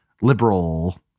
liberal